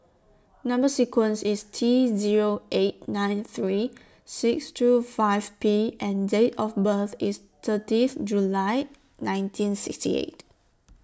Number sequence IS T Zero eight nine three six two five P and Date of birth IS thirtieth July nineteen sixty eight